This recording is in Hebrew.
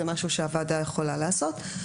זה משהו שהוועדה יכולה לעשות.